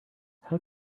how